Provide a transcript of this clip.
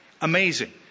amazing